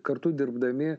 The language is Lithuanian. kartu dirbdami